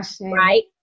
right